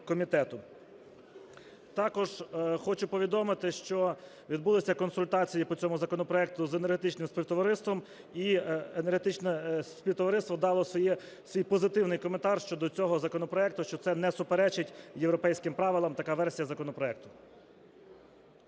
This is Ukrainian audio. Також хочу повідомити, що відбулися консультації по цьому законопроекту з Енергетичним Співтовариством. І Енергетичне Співтовариство дало свій позитивний коментар щодо цього законопроекту, що це не суперечить європейським правилам. Така версія законопроекту.